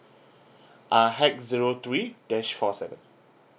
uh hash zero three dash four seven